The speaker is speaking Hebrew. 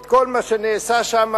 את כל מה שנעשה שם,